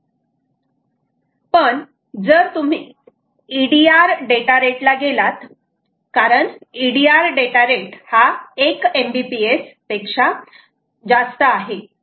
पण जर तुम्ही EDR डेटा रेट ला गेलात कारण EDR डेटा रेट हा 1 MBPS पेक्षा जास्त आहे